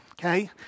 Okay